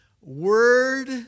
word